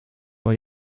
vor